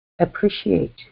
appreciate